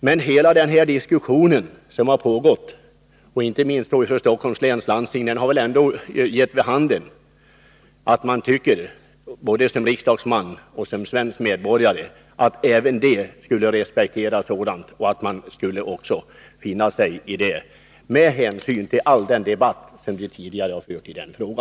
Men hela den diskussion som har pågått, inte minst inom Stockholms läns landsting, har gett vid handen att jag både som riksdagsman och som svensk medborgare tycker att man även där borde respektera sådana beslut och finna sig i dem, med hänsyn till all den debatt som vi tidigare har fört i denna fråga.